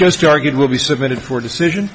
just argued will be submitted for decision